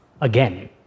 again